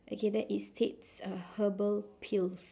okay there is six uh herbal pills